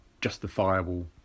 justifiable